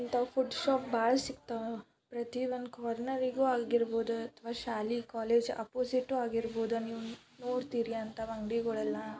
ಇಂಥವು food shop ಭಾಳ ಸಿಕ್ತಾವೆ ಪ್ರತಿ ಒಂದು ಕಾರ್ನರಿಗೂ ಆಗಿರ್ಬೋದು ಅಥ್ವಾ ಶಾಲೆ ಕಾಲೇಜ್ ಅಪೋಝಿಟ್ಟು ಆಗಿರ್ಬೋದು ನೀವು ನೋಡ್ತೀರಿ ಅಂಥವು ಅಂಗ್ಡಿಗಳೆಲ್ಲ